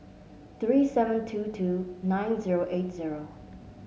three seven two two nine zero eight zero